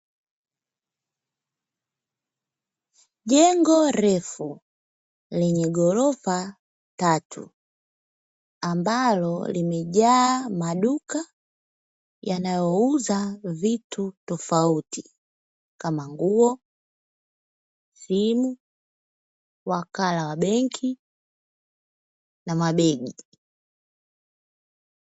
Jengo refu lenye ghorofa tatu ambalo limejaa maduka yanayouza vitu tofauti kama nguo, simu, wakala wa benki na mabegi.